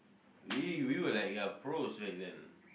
we we were like uh pros back then